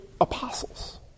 apostles